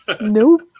Nope